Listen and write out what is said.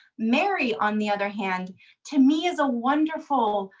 mary on the other hand to me is a wonderful,